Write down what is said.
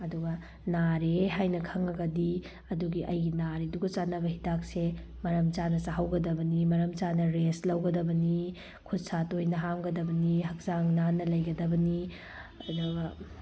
ꯑꯗꯨꯒ ꯅꯥꯔꯦ ꯍꯥꯏꯅ ꯈꯪꯉꯥꯒꯗꯤ ꯑꯗꯨꯒꯤ ꯑꯩ ꯅꯥꯔꯤꯗꯨꯒ ꯆꯥꯟꯅꯕ ꯍꯤꯗꯥꯛꯁꯦ ꯃꯔꯝ ꯆꯥꯅ ꯆꯥꯍꯧꯒꯗꯕꯅꯤ ꯃꯔꯝ ꯆꯥꯅ ꯔꯦꯁ ꯂꯧꯒꯗꯕꯅꯤ ꯈꯨꯇ ꯁꯥ ꯇꯣꯏꯅ ꯍꯥꯝꯒꯗꯕꯅꯤ ꯍꯛꯆꯥꯡ ꯅꯥꯟꯅ ꯂꯩꯒꯗꯕꯅꯤ ꯑꯗꯨꯒ